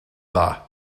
dda